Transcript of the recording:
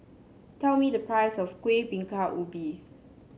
tell me the price of Kueh Bingka Ubi